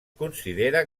considera